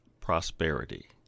prosperity